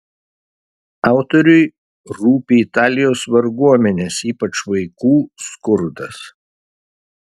autoriui rūpi italijos varguomenės ypač vaikų skurdas